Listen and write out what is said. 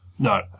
no